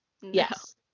Yes